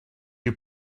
you